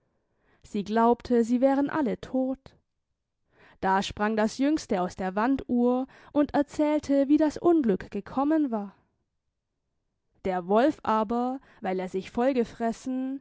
sie glaubte sie wären alle todt da sprang das jüngste aus der wanduhr und erzählte wie das unglück gekommen war der wolf aber weil er sich vollgefressen